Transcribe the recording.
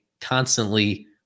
constantly